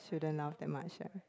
shoudn't laugh that much ya